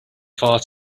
far